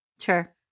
Sure